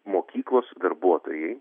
mokyklos darbuotojai